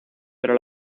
pero